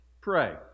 pray